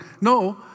No